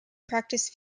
practice